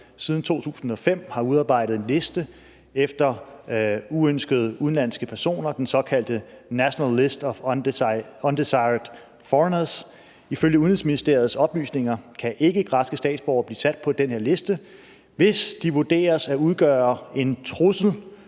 siden 2005 har udarbejdet en liste over uønskede udenlandske personer, den såkaldte national list of undesired foreigners. Ifølge Udenrigsministeriets oplysninger kan ikkegræske statsborgere blive sat på den her liste, hvis de vurderes at udgøre en trussel